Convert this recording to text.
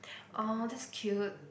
oh that's cute